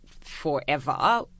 forever